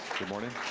good morning.